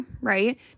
right